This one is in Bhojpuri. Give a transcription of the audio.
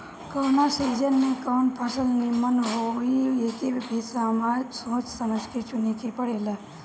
कवना सीजन में कवन फसल निमन होई एके भी सोच समझ के चुने के पड़ेला